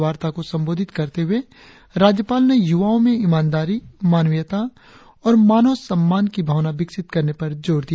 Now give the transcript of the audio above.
वार्ता को संबोधित करते हुए राज्यपाल ने युवाओं में ईमानदारी मानवीयता और मानव सम्मान की भावना विकसित करने पर जोर दिया